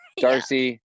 darcy